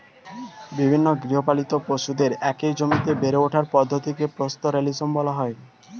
বিভিন্ন গৃহপালিত পশুদের একই জমিতে বেড়ে ওঠার পদ্ধতিকে পাস্তোরেলিজম বলা হয়